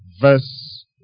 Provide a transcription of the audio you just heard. verse